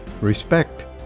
Respect